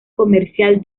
comercial